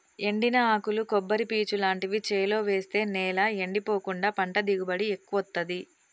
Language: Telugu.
ఎండిన ఆకులు కొబ్బరి పీచు లాంటివి చేలో వేస్తె నేల ఎండిపోకుండా పంట దిగుబడి ఎక్కువొత్తదీ